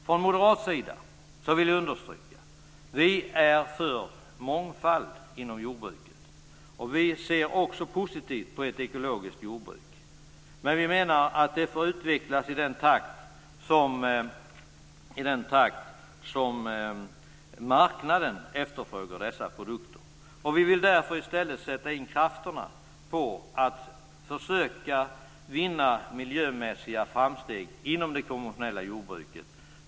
Från moderat sida vill vi understryka att vi är för mångfald inom jordbruket, och vi ser också positivt på ett ekologiskt jordbruk, men vi menar att det får utvecklas i den takt som marknaden efterfrågar dess produkter. Vi vill därför i stället sätta in krafterna på att försöka vinna miljömässiga framsteg inom det konventionella jordbruket.